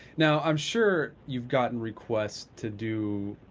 now, i am sure you've gotten requests to do,